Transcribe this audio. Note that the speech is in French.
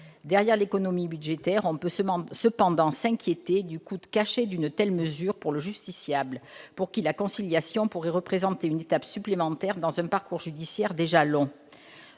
Derrière l'économie budgétaire, on peut cependant s'inquiéter du coût caché d'une telle mesure pour le justiciable, pour qui la conciliation pourrait représenter une étape supplémentaire dans un parcours judiciaire déjà long.